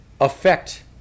affect